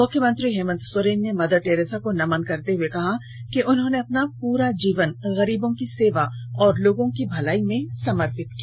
मुख्यमंत्री हेमंत सोरेन ने Mother Teresa को नमन करते हुए कहा कि उन्होंने अपना सम्पूर्ण जीवन गरीबों की सेवा और लोगों की भलाई में समर्पित किया